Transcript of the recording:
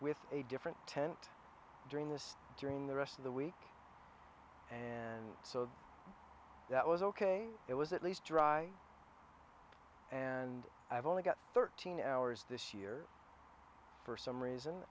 with a different tent during this during the rest of the week and so that was ok it was at least dry up and i've only got thirteen hours this year for some